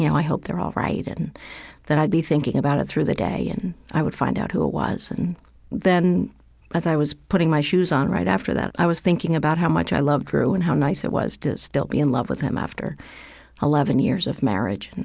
i hope they're all right and that i'd be thinking about it through the day and i would find out who it was and then as i was putting my shoes on right after that, i was thinking about how much i loved drew and how nice it was to still be in love with him after eleven years of marriage.